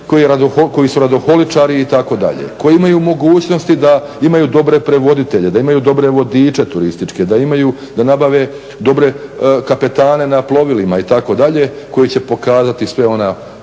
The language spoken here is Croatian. koji su radoholičari itd., koji imaju mogućnosti da imaju dobre prevoditelje, da imaju dobre vodiče turističke, da imaju, da nabave dobre kapetane na plovilima itd. koji će pokazati sve čari